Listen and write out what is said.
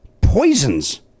Poisons